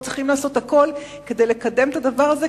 צריכים לעשות הכול כדי לקדם את הדבר הזה,